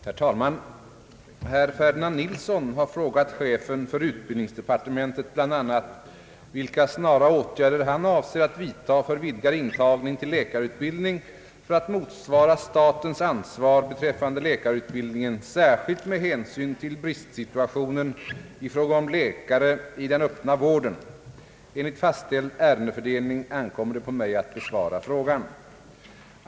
Herr talman! Herr Ferdinand Nilsson har frågat chefen för utbildningsdepartementet bl.a. vilka snara åtgärder han avser att vidtaga för vidgad intagning till läkarutbildning för att motsvara statens ansvar beträffande läkarutbildningen särskilt med hänsyn till bristsituationen i fråga om läkare i den öppna vården. Enligt fastställd ärendefördelning ankommer det på mig att besvara frågan.